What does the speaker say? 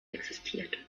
existiert